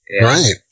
Right